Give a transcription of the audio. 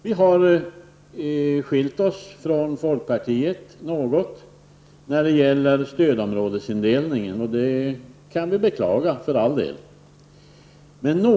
Vi har något skilt oss från folkpartiet när det gäller stödområdesindelningen. Man kan för all del beklaga att vi inte har kommit överens härvidlag.